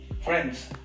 Friends